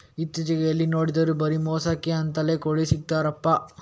ಇತ್ತೀಚೆಗೆ ಎಲ್ಲಿ ನೋಡಿದ್ರೂ ಬರೀ ಮಾಂಸಕ್ಕೆ ಅಂತಲೇ ಕೋಳಿ ಸಾಕ್ತರಪ್ಪ